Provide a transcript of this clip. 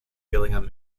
gillingham